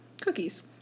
cookies